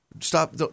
Stop